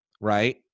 right